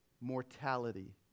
mortality